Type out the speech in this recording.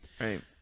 right